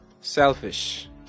selfish